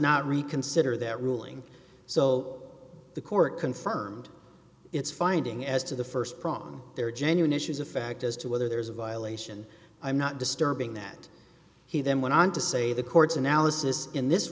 not reconsider that ruling so the court confirmed its finding as to the st prong there are genuine issues of fact as to whether there is a violation i'm not disturbing that he then went on to say the courts analysis in this